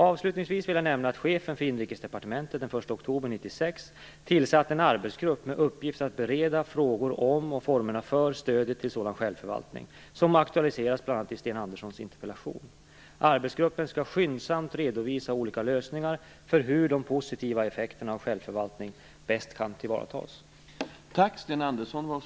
Avslutningsvis vill jag nämna att chefen för Inrikesdepartementet den 1 oktober 1996 tillsatt en arbetsgrupp med uppgift att bereda frågor om och former för stödet till sådan självförvaltning som aktualiserats bl.a. i Sten Anderssons interpellation. Arbetsgruppen skall skyndsamt redovisa olika lösningar för hur de positiva effekterna av självförvaltning bäst kan tillvaratas.